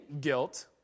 guilt